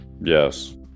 yes